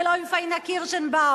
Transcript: ולא עם פניה קירשנבאום.